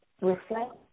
reflect